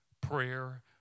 Prayer